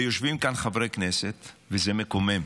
ויושבים כאן חברי כנסת, וזה מקומם,